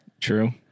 True